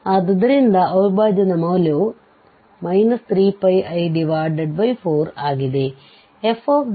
ಆದ್ದರಿಂದಅವಿಭಾಜ್ಯದ ಮೌಲ್ಯ 3πi4 ಆಗಿದೆ